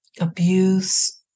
abuse